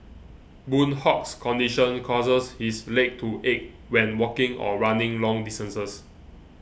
Boon Hock's condition causes his leg to ache when walking or running long distances